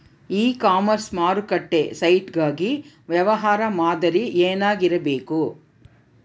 E commerce ಮಾರುಕಟ್ಟೆ site ಗಾಗಿ ವ್ಯವಹಾರ ಮಾದರಿ ಏನಾಗಿರಬೇಕು?